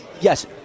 Yes